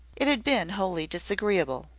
it had been wholly disagreeable.